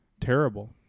Terrible